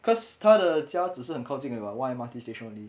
cause 他的家只是很靠近而已 [what] one M_R_T station only